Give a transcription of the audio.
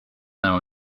now